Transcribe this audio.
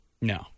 No